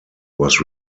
was